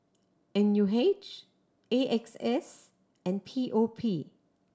N U H A X S and P O P